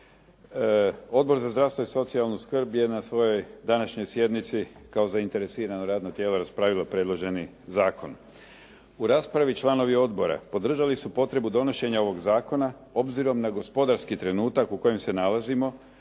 Odbor za zdravstvo i socijalnu skrb je na svojoj današnjoj sjednici kao zainteresirano radno tijelo raspravilo predloženi zakon. U raspravi članovi odbora podržali su potrebu donošenja ovog zakona obzirom na gospodarski trenutka u kojem se nalazimo